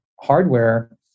hardware